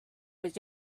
was